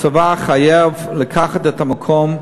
הצבא חייב לקחת את המקום,